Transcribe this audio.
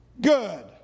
good